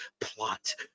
plot